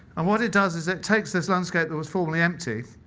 and what it does is it takes this landscape that was formerly empty,